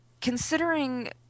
considering